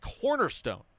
cornerstone